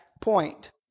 point